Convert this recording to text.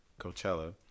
Coachella